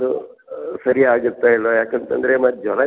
ಅದು ಸರಿ ಆಗುತ್ತಾ ಇಲ್ವ ಯಾಕಂತ ಅಂದ್ರೆ ಮತ್ತು ಜ್ವರ